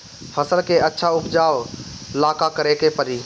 फसल के अच्छा उपजाव ला का करे के परी?